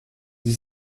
sie